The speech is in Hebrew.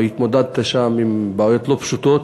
והתמודדת שם עם בעיות לא פשוטות,